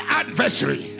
adversary